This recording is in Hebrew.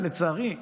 לצערי,